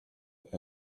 that